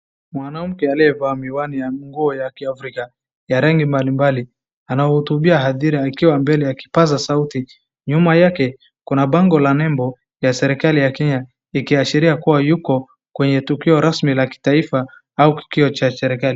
Mwanamke aliyevaa miwani na nguo ya kiafrika ya rangi mbalimbali, anahotubia hadhira akiwa mbele ya kipaza sauti. Nyuma yake kuna bango la nembo ya serikali ya Kenya ikiashiria kuwa yuko kwenye tukio rasmi la kitaifa au kikao cha serikali.